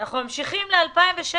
אנחנו ממשיכים ל-2016,